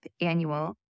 annual